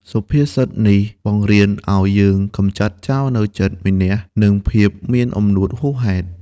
សុភាសិតនេះបង្រៀនឱ្យយើងកម្ចាត់ចោលនូវចិត្តមានះ និងភាពមានអំនួតហួសហេតុ។